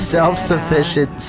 Self-sufficient